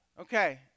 Okay